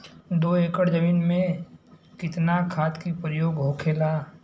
दो एकड़ जमीन में कितना खाद के प्रयोग होखेला?